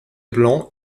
blanc